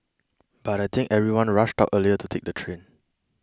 but I think everyone rushed out earlier to take the train